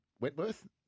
Wentworth